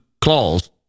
claws